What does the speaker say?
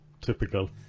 Typical